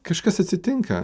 kažkas atsitinka